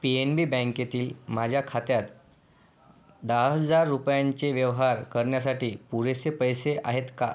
P N B बँकेतील माझ्या खात्यात दहा हजार रुपयांचे व्यवहार करण्यासाठी पुरेसे पैसे आहेत का